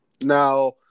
Now